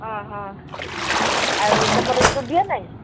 ହଁ ହଁ ଆଉ ତମର ଷ୍ଟୁଡ଼ିଓ ନାହିଁ